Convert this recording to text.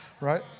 right